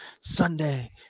Sunday